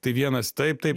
tai vienas taip taip